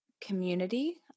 community